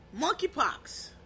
monkeypox